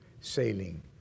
sailing